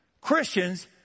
Christians